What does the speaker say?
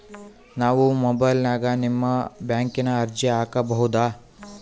ನಾವು ಮೊಬೈಲಿನ್ಯಾಗ ನಿಮ್ಮ ಬ್ಯಾಂಕಿನ ಅರ್ಜಿ ಹಾಕೊಬಹುದಾ?